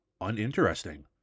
uninteresting